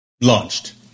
launched